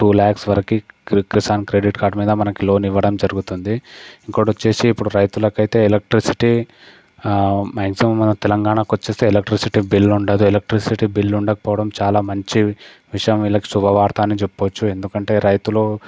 two lakhs వరకు Kisan credit card మీద మనకి లోన్ ఇవ్వడం జరుగుతుంది ఇంకోటి వచ్చేసి ఇప్పుడు రైతులకు అయితే ఎలక్ట్రిసిటీ మ్యాక్సిమం మన తెలంగాణకు వచ్చేసి ఎలక్ట్రిసిటీ బిల్ ఉండదు ఎలక్ట్రిసిటీ బిల్ ఉండకపోవడం చాలా మంచి విషయం వీళ్ళకి శుభవార్త అని చెప్పవచ్చు ఎందుకంటే రైతులు